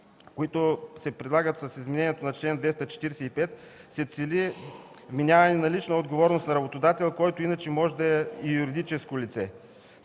които се предлагат с изменението на чл. 245, се цели вменяването на лична отговорност за работодател, който иначе може да е и юридическо лице.